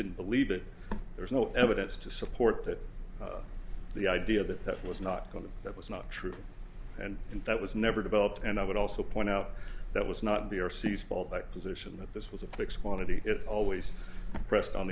didn't believe it there is no evidence to support that the idea that that was not going to that was not true and that was never developed and i would also point out that was not be our seas fallback position that this was a fixed quantity it always pressed on